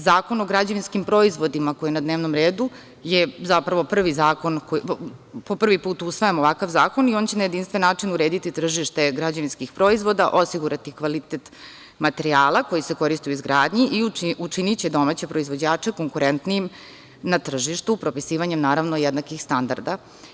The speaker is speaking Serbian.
Zakon o građevinskim proizvodima, koji je na dnevnom redu, je zapravo prvi zakon koji po prvi put usvajamo i on će na jedinstven način urediti tržište građevinskih proizvoda, odnosno osigurati kvalitet materijala koji se koriste u izgradnji i učiniće domaće proizvođače konkurentnijim na tržištu propisivanjem jednakih standarda.